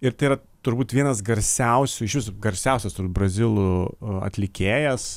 ir tai yra turbūt vienas garsiausių išvis garsiausias brazilų atlikėjas